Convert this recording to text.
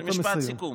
משפט סיכום.